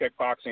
kickboxing